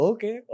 Okay